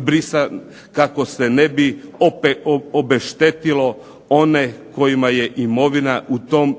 brisan kako se ne bi obeštetilo one kojima je imovina u tom